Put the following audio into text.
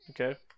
okay